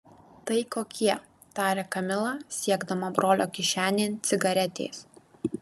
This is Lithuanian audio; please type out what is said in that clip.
tai kokie tarė kamila siekdama brolio kišenėn cigaretės